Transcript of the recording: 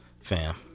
Fam